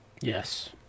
Yes